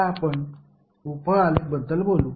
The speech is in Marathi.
आता आपण उप आलेख बद्दल बोलू